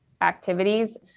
activities